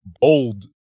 bold